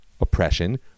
oppression